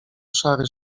szary